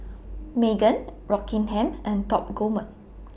Megan Rockingham and Top Gourmet